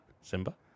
Simba